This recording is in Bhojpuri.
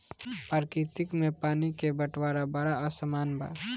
प्रकृति में पानी क बंटवारा बड़ा असमान बा